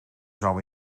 zou